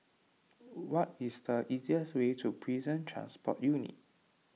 what is the easiest way to Prison Transport Unit